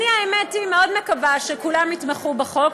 האמת היא, אני מאוד מקווה שכולם יתמכו בחוק.